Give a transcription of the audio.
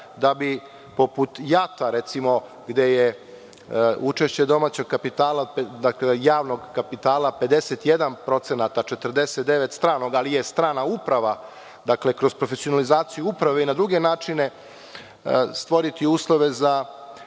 da bi, poput JAT-a, recimo, gde je učešće domaćeg kapitala, javnog kapitala, 51% a 49% stranog, ali je strana uprava, dakle, kroz profesionalizaciju uprave i na druge načine stvoriti uslove za,